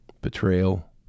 betrayal